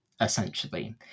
essentially